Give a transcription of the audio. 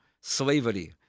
slavery